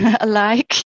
alike